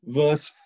verse